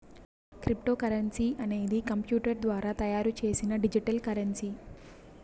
cryptocurrency అనేది computer ద్వారా తయారు చేసిన డిజిటల్ కరెన్సీ